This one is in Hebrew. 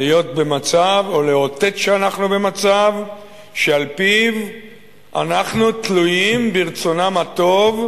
להיות במצב או לאותת שאנחנו במצב שבו אנחנו תלויים ברצונם הטוב,